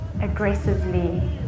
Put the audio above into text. aggressively